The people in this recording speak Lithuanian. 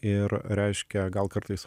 ir reiškia gal kartais